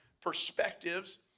perspectives